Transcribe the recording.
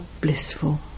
blissful